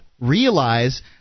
realize